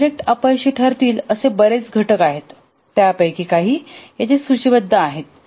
project अपयशी ठरतील असे बरेच घटक आहेत त्यापैकी काही येथे सूचीबद्ध आहेत